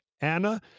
Anna